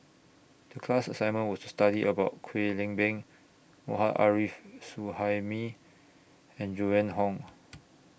The class assignment was to study about Kwek Leng Beng Arif Suhaimi and Joan Hon